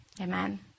Amen